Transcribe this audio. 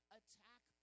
attack